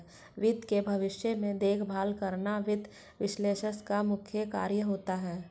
वित्त के भविष्य में देखभाल करना वित्त विश्लेषक का मुख्य कार्य होता है